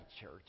church